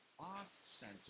off-center